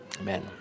Amen